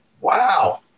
wow